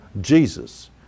Jesus